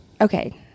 Okay